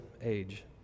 age